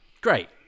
Great